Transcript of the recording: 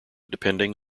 depending